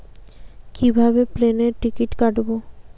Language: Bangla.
কিভাবে প্লেনের টিকিট কাটব?